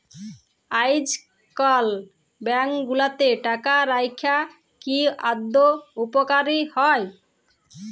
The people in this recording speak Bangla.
আইজকাল ব্যাংক গুলাতে টাকা রাইখা কি আদৌ উপকারী হ্যয়